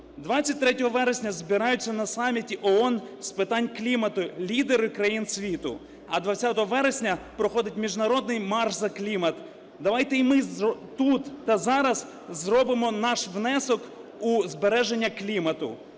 23 вересня збираються на саміті ООН з питань клімату лідери країн світу, а 20 вересня проходить міжнародний марш за клімат. Давайте й ми тут та зараз зробимо наш внесок у збереження клімату.